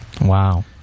Wow